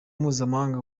mpuzamahanga